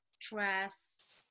stress